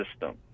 system